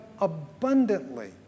abundantly